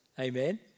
Amen